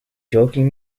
joking